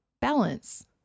balance